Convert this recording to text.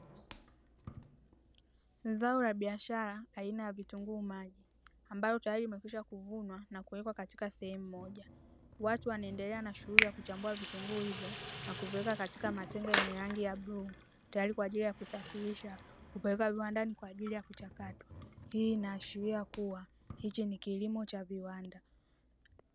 Zao la biashara aina ya vitunguu maji ambavyo tayari vimekwisha kuvunwa na kuwekwa katika sehemu moja, watu wanaendelea na shughuli ya kuchambua vitunguu hivyo na kuviweka katika matenga yenye rangi ya bluu tayari kwa ajili ya kusafirisha kupeleka viwandani kwa ajili ya kuchakatwa, hii inaashiria kuwa hichi ni kilimo cha viwanda.